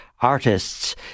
artists